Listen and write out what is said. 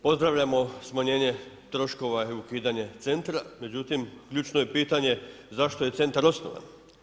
Pozdravljamo smanjenje troškova i ukidanje centra, međutim ključno je pitanje zašto je centar osnovan.